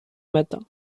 matin